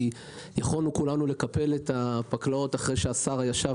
כי יכולנו כולנו לקפל את הפקלאות אחרי שהשר ישב